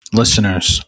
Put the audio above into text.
listeners